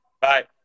Bye